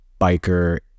biker